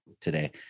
today